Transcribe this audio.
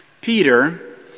Peter